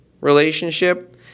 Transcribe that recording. relationship